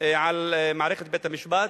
על מערכת בית-המשפט?